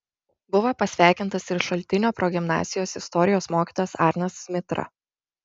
buvo pasveikintas ir šaltinio progimnazijos istorijos mokytojas arnas zmitra